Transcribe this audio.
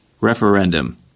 Referendum